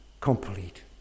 complete